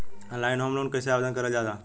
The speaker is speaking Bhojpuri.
ऑनलाइन होम लोन कैसे आवेदन करल जा ला?